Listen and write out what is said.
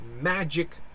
magic